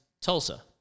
Tulsa